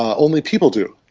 ah only people do.